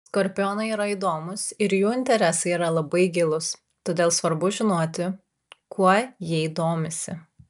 skorpionai yra įdomūs ir jų interesai yra labai gilūs todėl svarbu žinoti kuo jei domisi